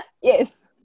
Yes